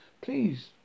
Please